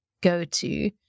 go-to